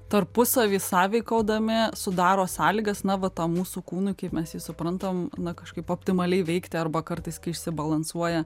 tarpusavy sąveikaudami sudaro sąlygas na va tam mūsų kūnui kaip mes jį suprantam na kažkaip optimaliai veikti arba kartais kai išsibalansuoja